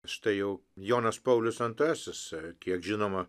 štai jau jonas paulius antrasis kiek žinoma